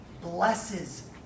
blesses